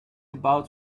about